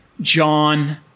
John